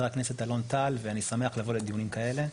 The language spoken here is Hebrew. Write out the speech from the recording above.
הכנסת אלון טל ואני שמח לבוא לדיונים כאלה.